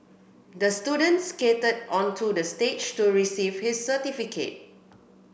the student skated onto the stage to receive his certificate